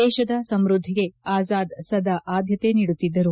ದೇಶದ ಸಮೃದ್ದಿಗೆ ಆಜಾದ್ ಸದಾ ಆದ್ಯತೆ ನೀಡುತ್ತಿದ್ದರು